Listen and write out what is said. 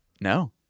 No